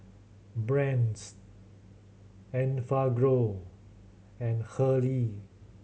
Brand's Enfagrow and Hurley